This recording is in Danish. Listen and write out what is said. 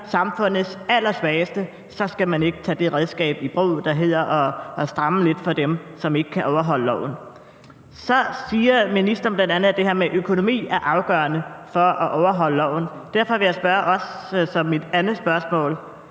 samfundets allersvageste, skal man ikke tage det redskab i brug, der går på at stramme det lidt over for dem, der ikke kan overholde loven. Så siger ministeren bl.a., at det her med økonomien er afgørende for at overholde loven. Derfor vil jeg som mit andet spørgsmål